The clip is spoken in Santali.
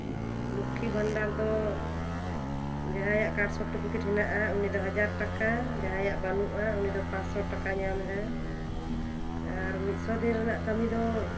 ᱞᱚᱠᱠᱷᱤ ᱵᱷᱟᱱᱰᱟᱨ ᱫᱚ ᱡᱟᱦᱟᱸᱭᱟᱜ ᱠᱟᱥᱴ ᱥᱟᱨᱴᱤᱯᱷᱤᱠᱮᱴ ᱦᱮᱱᱟᱜᱼᱟ ᱩᱱᱤᱭᱟᱜ ᱫᱚ ᱦᱟᱡᱟᱨ ᱴᱟᱠᱟ ᱡᱟᱦᱟᱸᱭᱟᱜ ᱵᱟᱹᱱᱩᱜᱼᱟ ᱩᱱᱤ ᱫᱚ ᱯᱟᱸᱪᱥᱚ ᱴᱟᱠᱟᱭ ᱧᱟᱢ ᱮᱫᱟ ᱟᱨ ᱢᱤᱫ ᱥᱚ ᱫᱤᱱ ᱨᱮᱱᱟᱜ ᱠᱟᱹᱢᱤ ᱫᱚ